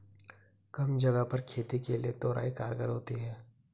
कम जगह पर खेती के लिए तोरई कारगर होती है